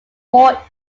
war